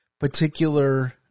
particular